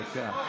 דקה.